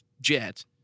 jet